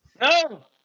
No